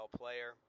player